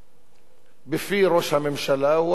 בפי ראש הממשלה היא הנושא של חוק טל,